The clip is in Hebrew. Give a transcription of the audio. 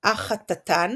אחתאתן